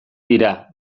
dira